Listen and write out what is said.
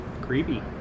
Creepy